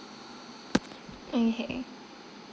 okay